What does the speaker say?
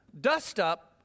dust-up